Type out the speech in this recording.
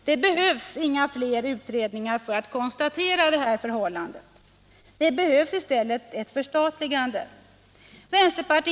Det behövs inga fler utredningar för att konstatera det förhållandet. Det behövs i stället förstatligande.